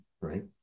Right